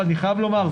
אבל אני חייב לומר,